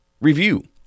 review